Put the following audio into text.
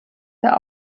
der